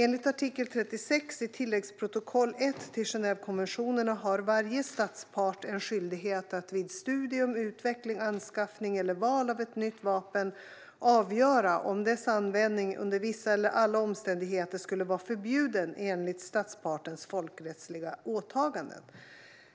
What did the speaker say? Enligt artikel 36 i tilläggsprotokoll I till Genèvekonventionerna har varje statspart en skyldighet att vid studium, utveckling, anskaffning eller val av ett nytt vapen avgöra om dess användning under vissa eller alla omständigheter skulle vara förbjuden enligt statspartens folkrättsliga åtaganden.